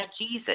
Jesus